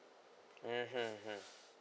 mm mm mm